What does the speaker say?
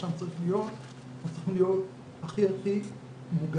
שם הם צריכים להיות הכי הכי מוגנים,